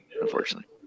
Unfortunately